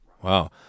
Wow